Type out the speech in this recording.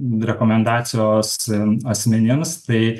rekomendacijos asmenims tai